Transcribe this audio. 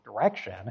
direction